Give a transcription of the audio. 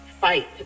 fight